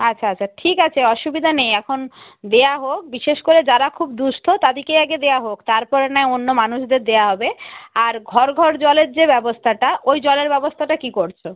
আচ্ছা আচ্ছা ঠিক আছে অসুবিধা নেই এখন দেয়া হোক বিশেষ করে যারা খুব দুস্থ তাদেরকেই আগে দেয়া হোক তারপর নয় অন্য মানুষদের দেয়া হবে আর ঘর ঘর জলের যে ব্যবস্তাটা ওই জলের ব্যবস্তাটা কী করছো